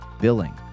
billing